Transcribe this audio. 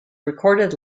recorded